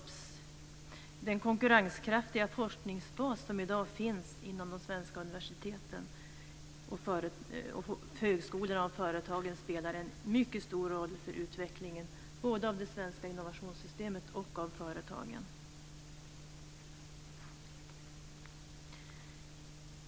Den konkurrenskraftiga forskningsbas som i dag finns inom de svenska universiteten och högskolorna liksom hos företagen spelar en mycket stor roll för utvecklingen både av det svenska innovationssystemet och av företagen.